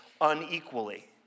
unequally